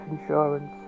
insurance